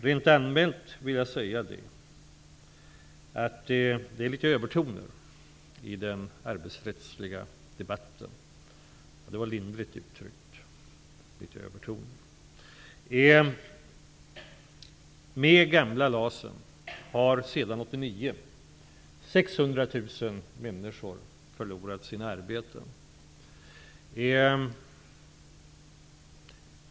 Rent allmänt vill jag säga att det förekommer -- lindrigt uttryckt -- litet övertoner i den arbetsrättsliga debatten. Sedan den gamla LAS kom till 1989 har 600 000 människor förlorat sina arbeten.